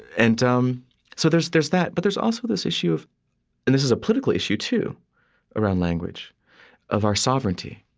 and um so there's there's that. but there's also this issue of and this is a political issue too around language of our sovereignty,